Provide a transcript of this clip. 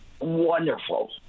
wonderful